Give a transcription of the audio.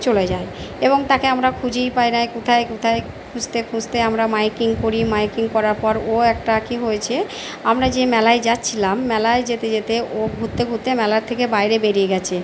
চলে যায় এবং তাকে আমরা খুঁজেই পাই না কোথায় কোথায় খুঁজতে খুঁজতে আমরা মাইকিং করি মাইকিং করার পর ও একটা কি হয়েছে আমরা যে মেলায় যাচ্ছিলাম মেলায় যেতে যেতে ও ঘুরতে ঘুরতে মেলার থেকে বাইরে বেরিয়ে গেছে